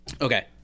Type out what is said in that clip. Okay